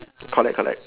correct correct